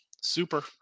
super